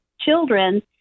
children